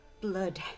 Blood